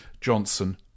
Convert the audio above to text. Johnson